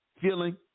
feeling